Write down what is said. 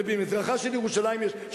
ובמזרחה של ירושלים יש,